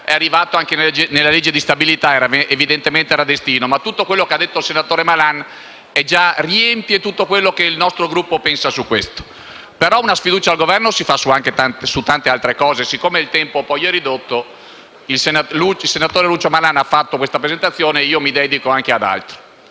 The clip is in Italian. è arrivato anche nella legge di stabilità (evidentemente era destino). Quello che ha detto il senatore Malan riempie tutto quello che il nostro Gruppo pensa su detto punto. Una sfiducia al Governo, però, la si presenta anche su molte altre cose. Siccome il tempo è ridotto, il senatore Lucio Malan ha fatto la sua presentazione e io mi dedicherò ad altro.